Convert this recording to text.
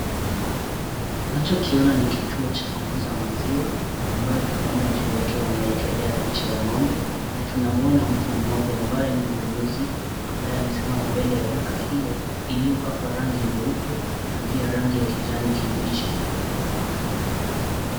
Unacho kiona ni kituo cha kuuza maziwa ambayo tunaoa juu yake wameekelea picha ya ng'ombe , na tunamwona mtu mmoja ambaye ni mnunuzi ambaye amesimama mbele ya duka hiio iliyo pakwa rangi nyeupe na pia rangi ya kijani kibichi.